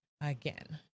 again